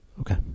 Okay